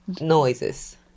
noises